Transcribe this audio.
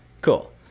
Cool